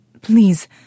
Please